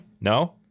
No